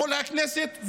מול הכנסת,